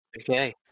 Okay